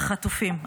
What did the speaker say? החטופים.